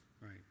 Right